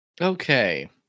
Okay